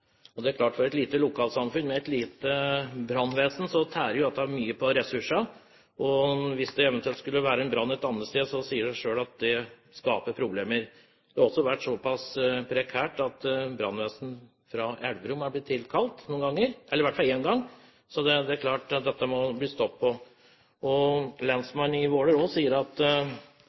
Det er klart at for et lite lokalsamfunn med et lite brannvesen tærer dette mye på ressursene. Hvis det eventuelt skulle være en brann et annet sted, sier det seg selv at dette skaper problemer. Det har også vært såpass prekært at brannvesenet i Elverum er blitt innkalt, i hvert fall én gang. Det er klart at dette må stoppe. Lensmann Ingjerd Kagnes i Våler sier